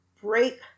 break